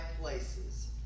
places